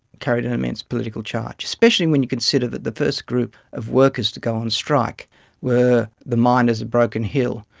carried an immense political charge, especially when you consider that the first group of workers to go on strike were the miners of broken hill,